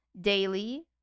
Daily